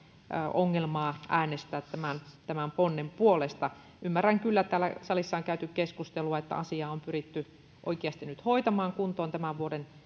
ongelmaa äänestää tämän tämän ponnen puolesta ymmärrän kyllä että täällä salissa on käyty keskustelua siitä että asiaa on pyritty oikeasti hoitamaan kuntoon tämän vuoden